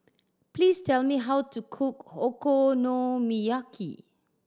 please tell me how to cook Okonomiyaki